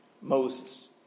Moses